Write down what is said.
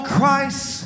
Christ